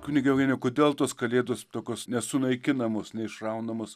kunige eugenijau kodėl tos kalėdos tokios nesunaikinamos neišraunamos